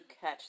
catch